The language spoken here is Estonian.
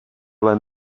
ole